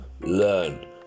Learn